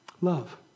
love